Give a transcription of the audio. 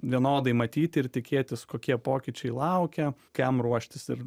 vienodai matyti ir tikėtis kokie pokyčiai laukia kam ruoštis ir